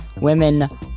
women